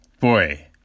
Boy